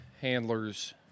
handlers